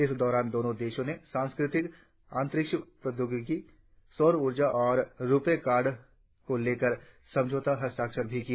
इस दौरान दोनों देशों ने सांस्कृतिक अंतरिक्ष प्रौद्योगिकी सौर ऊर्जा और रुपे कार्ड को लेकर समझौता हस्ताक्षक भी किया